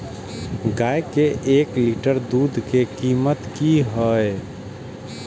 गाय के एक लीटर दूध के कीमत की हय?